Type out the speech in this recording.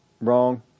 Wrong